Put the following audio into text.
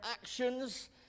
actions